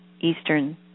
Eastern